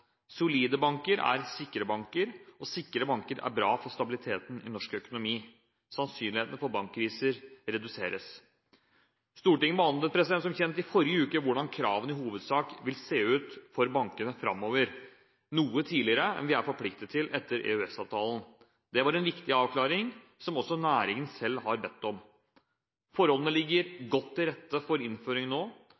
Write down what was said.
Solide banker er sikre banker, og sikre banker er bra for stabiliteten i norsk økonomi. Sannsynligheten for bankkriser reduseres. Stortinget behandlet som kjent i forrige uke, noe tidligere enn vi er forpliktet til etter EØS-avtalen, hvordan kravene i hovedsak vil se ut for bankene framover. Det var en viktig avklaring, som også næringen selv har bedt om. Forholdene ligger